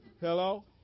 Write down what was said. Hello